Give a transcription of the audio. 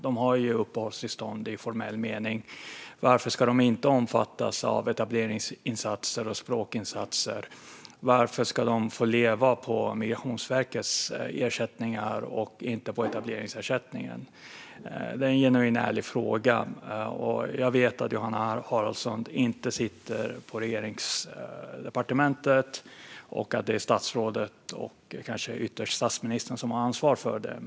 De har uppehållstillstånd i formell mening. Varför ska de inte omfattas av etableringsinsatser och språkinsatser? Varför ska de få leva på Migrationsverkets ersättningar och inte på etableringsersättningen? Det är en genuin och ärlig fråga. Jag vet att Johanna Haraldsson inte sitter i något av regeringens departement utan att det är statsrådet och ytterst statsministern som har ansvar för frågan.